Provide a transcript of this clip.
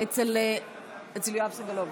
אצל יואב סגלוביץ'.